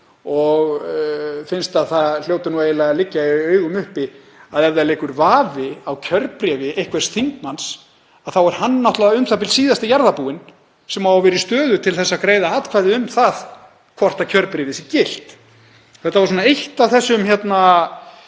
og finnst að það hljóti eiginlega liggja í augum uppi að ef það leikur vafi á kjörbréfi einhvers þingmanns þá er hann náttúrlega u.þ.b. síðasti jarðarbúinn sem á að vera í stöðu til að greiða atkvæði um það hvort kjörbréfið sé gilt. Það var eitt af þessum